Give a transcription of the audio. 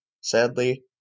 Sadly